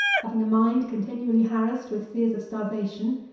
having a mind continually harassed with fears of starvation,